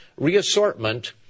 reassortment